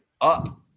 up